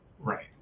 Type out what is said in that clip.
right